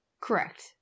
Correct